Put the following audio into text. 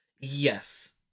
Yes